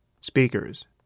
speakers